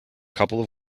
couple